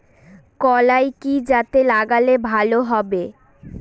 কলাই কি জাতে লাগালে ভালো হবে?